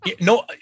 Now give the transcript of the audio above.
No